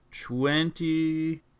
Twenty